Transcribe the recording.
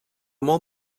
molt